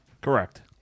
Correct